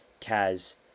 Kaz